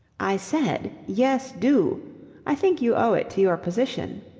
i said yes, do i think you owe it to your position.